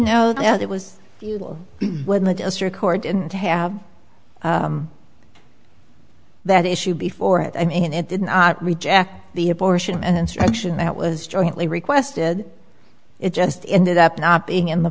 know that it was when the district court didn't have that issue before it i mean it did not reject the abortion and instruction that was jointly requested it just ended up not being in the